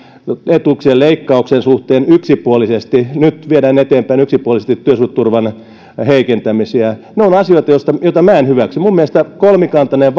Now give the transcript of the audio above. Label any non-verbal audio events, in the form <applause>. etuuksien leikkauksien suhteen yksipuolisesti nyt viedään yksipuolisesti eteenpäin työsuhdeturvan heikentämisiä ne ovat asioita joita minä en hyväksy minun mielestäni kolmikantainen <unintelligible>